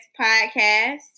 Podcast